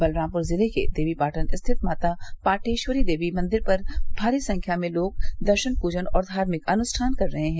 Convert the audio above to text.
बलरामपुर जिले के देवीपाटन स्थित माता पाटेश्वरी देवी मंदिर पर भारी संख्या में लोग दर्शन पूजन और धार्मिक अनुष्ठान कर रहे हैं